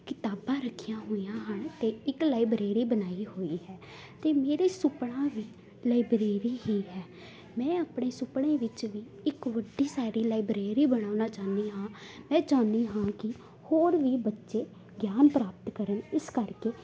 ਕਿਤਾਬਾਂ ਰੱਖੀਆਂ ਹੋਈਆਂ ਹਨ ਅਤੇ ਇੱਕ ਲਾਈਬ੍ਰੇਰੀ ਬਣਾਈ ਹੋਈ ਹੈ ਅਤੇ ਮੇਰੇ ਸੁਪਨਾ ਵੀ ਲਾਈਬ੍ਰੇਰੀ ਹੀ ਹੈ ਮੈਂ ਆਪਣੇ ਸੁਪਨੇ ਵਿੱਚ ਵੀ ਇੱਕ ਵੱਡੀ ਸਾਰੀ ਲਾਈਬ੍ਰੇਰੀ ਬਣਾਉਣਾ ਚਾਹੁੰਦੀ ਹਾਂ ਮੈਂ ਚਾਹੁੰਦੀ ਹਾਂ ਕਿ ਹੋਰ ਵੀ ਬੱਚੇ ਗਿਆਨ ਪ੍ਰਾਪਤ ਕਰਨ ਇਸ ਕਰਕੇ